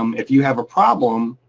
um if you have a problem,